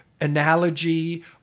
analogy